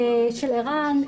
של ער"ן,